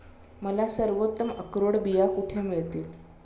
मला सर्वोत्तम अक्रोड बिया कुठे मिळतील